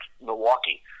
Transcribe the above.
Milwaukee